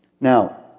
Now